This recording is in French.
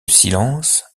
silence